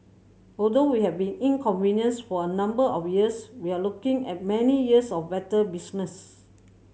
although we have been inconvenienced for a number of years we are looking at many years of better business